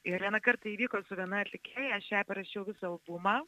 ir vieną kartą įvyko su viena atlikėja aš jai parašiau visą albumą